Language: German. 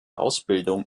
ausbildung